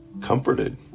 comforted